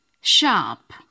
Sharp